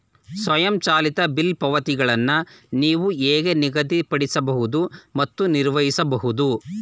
ಸ್ವಯಂಚಾಲಿತ ಬಿಲ್ ಪಾವತಿಗಳನ್ನು ನೀವು ಹೇಗೆ ನಿಗದಿಪಡಿಸಬಹುದು ಮತ್ತು ನಿರ್ವಹಿಸಬಹುದು?